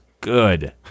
good